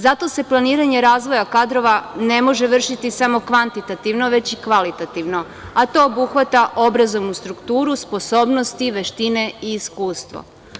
Zato se planiranje razvoja kadrova ne može vršiti samo kvantitativno, već i kvalitativno, a to obuhvata obrazovnu strukturu, sposobnosti, veštine i iskustvo.